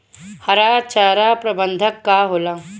हरा चारा प्रबंधन का होला?